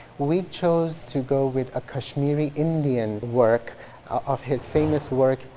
we chose to go with a kashmiri indian work of his famous work,